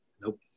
Nope